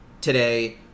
today